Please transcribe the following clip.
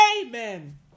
Amen